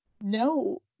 no